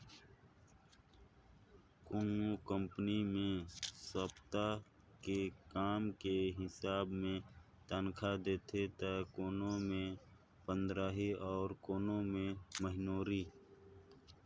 कोनो कंपनी मे सप्ता के काम के हिसाब मे तनखा देथे त कोनो मे पंदराही अउ कोनो मे महिनोरी